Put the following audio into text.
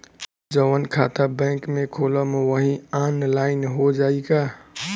जवन खाता बैंक में खोलम वही आनलाइन हो जाई का?